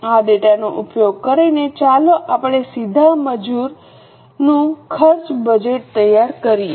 આ ડેટાનો ઉપયોગ કરીને ચાલો આપણે સીધા મજૂર ખર્ચનું બજેટ તૈયાર કરીએ